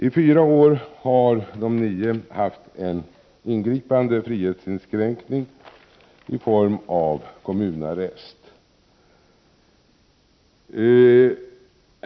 I fyra år har de nio kurderna haft en ingripande frihetsinskränkning i form av kommunarrest.